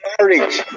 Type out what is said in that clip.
marriage